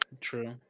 true